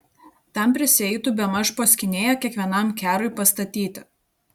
tam prisieitų bemaž po skynėją kiekvienam kerui pastatyti